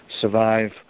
survive